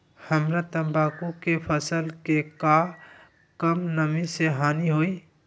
हमरा तंबाकू के फसल के का कम नमी से हानि होई?